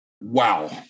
Wow